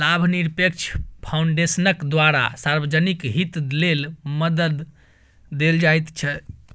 लाभनिरपेक्ष फाउन्डेशनक द्वारा सार्वजनिक हित लेल मदद देल जाइत छै